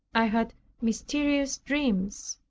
i had mysterious dreams,